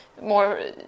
more